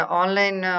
online